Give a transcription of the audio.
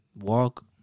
Walk